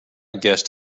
guessed